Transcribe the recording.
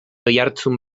oihartzun